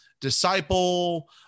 disciple